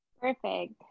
Perfect